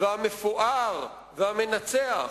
המפואר והמנצח,